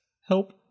Help